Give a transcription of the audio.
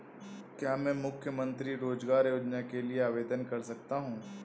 क्या मैं मुख्यमंत्री रोज़गार योजना के लिए आवेदन कर सकता हूँ?